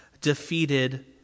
defeated